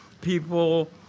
People